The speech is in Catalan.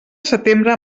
setembre